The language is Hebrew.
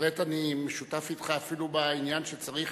בהחלט אני שותף אתך, אפילו בעניין שצריך